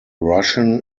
russian